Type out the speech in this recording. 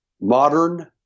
Modern